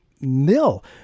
nil